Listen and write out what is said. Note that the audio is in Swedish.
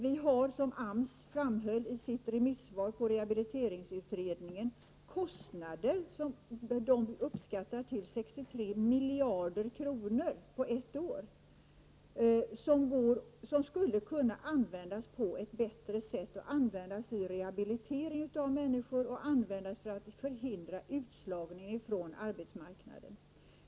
Vi har, som AMS framhöll i sitt remissvar på rehabilite ringsutredningen, kostnader som AMS uppskattar till 63 miljarder kronor på ett år, pengar som skulle kunna användas på ett bättre sätt, för rehabilitering av människor och för att förhindra utslagning från arbetsmarknaden.